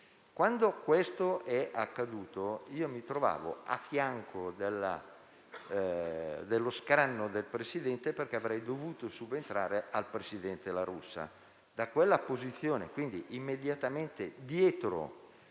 Quando questo è accaduto, mi trovavo a fianco dello scranno del Presidente perché avrei dovuto subentrare al presidente La Russa. Da quella posizione, quindi immediatamente dietro